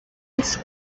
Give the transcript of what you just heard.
ice